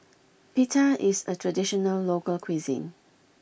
Pita is a traditional local cuisine